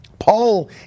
Paul